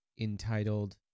entitled